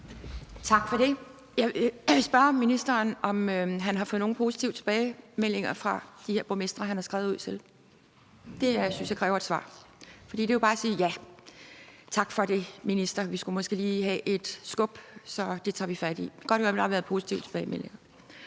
Tak for det. Jeg vil spørge ministeren, om han har fået nogen positive tilbagemeldinger fra de her borgmestre, han har skrevet ud til. Det synes jeg kræver et svar, for det er jo bare at sige: Ja, tak for det, minister; vi skulle måske lige have et skub, så det tager vi fat i. Jeg vil godt høre, om der har været positive tilbagemeldinger.